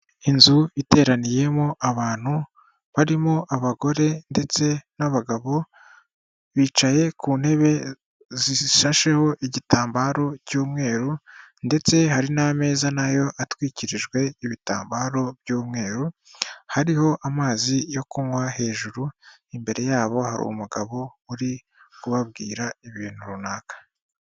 Inzu iteraniyemo abantu barimo abagore ndetse n'abagabo bicaye ku ntebe zishasheho igitambaro cy'umweru ndetse hari n'ameza nayo atwikirijwe ibitambaro by'umweru hariho amazi yo kunywa hejuru. Imbere yabo hari umugabo urimo kubabwira ibintu runaka.